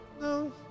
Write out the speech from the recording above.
No